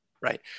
Right